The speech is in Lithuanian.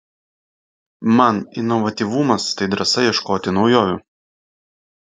man inovatyvumas tai drąsa ieškoti naujovių